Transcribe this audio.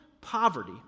poverty